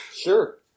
Sure